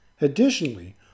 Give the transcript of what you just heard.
Additionally